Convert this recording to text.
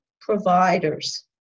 providers